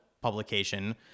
publication